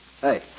Hey